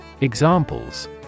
Examples